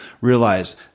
realize